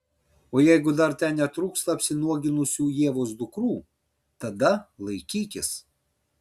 o jeigu dar ten netrūksta apsinuoginusių ievos dukrų tada laikykis